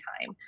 time